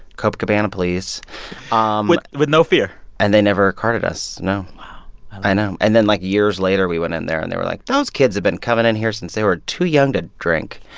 copacabana, please um with with no fear and they never carded us. no wow i know. and then, like, years later, we went in there, and they were like, those kids have been coming in here since they were too young to drink